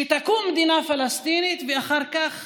שתקום מדינה פלסטינית ואחר כך